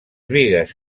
bigues